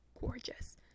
gorgeous